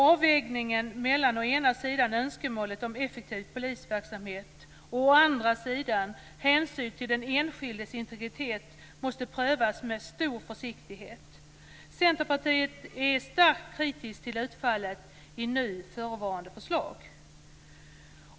Avvägningen mellan å ena sidan önskemålet om effektiv polisverksamhet och å andra sidan hänsyn till den enskildes integritet måste prövas med stor försiktighet. Centerpartiet är starkt kritiskt till utfallet i nu förevarande förslag.